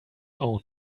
own